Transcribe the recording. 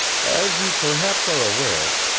as you perhaps are aware,